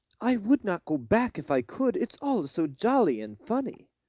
i would not go back if i could, it's all so jolly and funny.